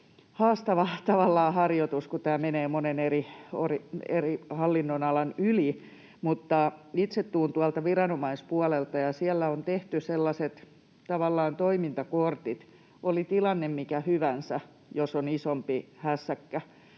haastava harjoitus, kun tämä menee monen eri hallinnonalan yli. Itse tulen tuolta viranomaispuolelta, ja siellä on tehty sellaiset tavallaan toimintakortit: oli tilanne mikä hyvänsä, jos on isompi hässäkkä,